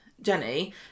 Jenny